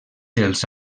dels